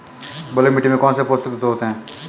बलुई मिट्टी में कौनसे पोषक तत्व होते हैं?